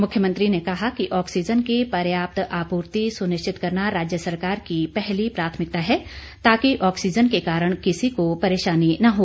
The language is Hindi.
मुख्यमंत्री ने कहा कि ऑक्सीजन की पर्याप्त आपूर्ति सुनिश्चित करना राज्य सरकार की पहली प्राथमिकता है ताकि ऑक्सीजन के कारण किसी को परेशानी न हो